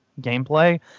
gameplay